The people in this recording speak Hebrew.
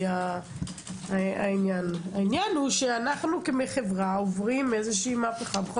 אנו כחברה עוברים מהפכה בכל